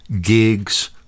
gigs